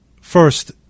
First